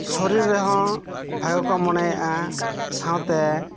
ᱥᱚᱨᱤᱨ ᱨᱮᱦᱚᱸ ᱵᱷᱟᱜᱤ ᱠᱚ ᱢᱚᱱᱮᱭᱟᱜᱼᱟ ᱥᱟᱶᱛᱮ